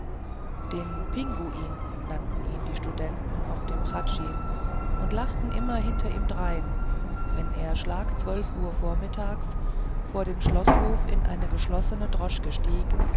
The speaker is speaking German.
den pinguin nannten ihn die studenten auf dem hradschin und lachten immer hinter ihm drein wenn er schlag zwölf uhr mittags vor dem schloßhof in eine geschlossene droschke stieg